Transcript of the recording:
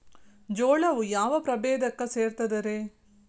ಜೋಳವು ಯಾವ ಪ್ರಭೇದಕ್ಕ ಸೇರ್ತದ ರೇ?